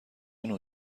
نوع